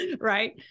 right